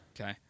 Okay